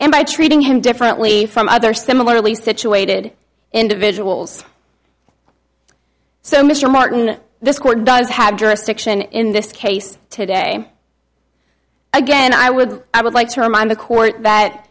and by treating him differently from other similarly situated individuals so mr martin this court does have jurisdiction in this case today again i would i would like to remind the court that